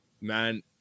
Man